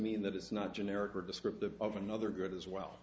mean that it's not generic or descriptive of another good as well